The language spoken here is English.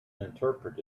interpret